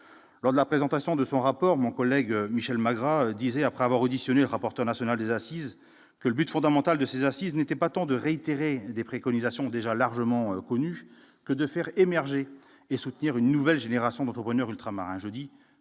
lors de la présentation de son rapport, mon collègue Michel Magras disait après avoir auditionné rapporteur national des assises que le but fondamental de ces assises n'était pas tant de réitérer des préconisations déjà largement connu que de faire émerger et soutenir une nouvelle génération d'entrepreneurs ultramarins